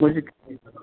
ꯃꯣꯏꯒꯤ